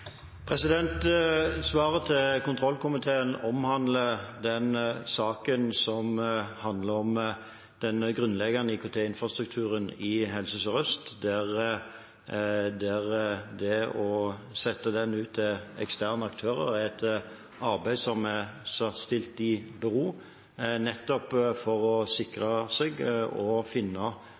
Svaret til kontrollkomiteen omhandler saken om den grunnleggende IKT-infrastrukturen i Helse Sør-Øst. Det å sette den ut til eksterne aktører er et arbeid som er stilt i bero, nettopp for å sikre å finne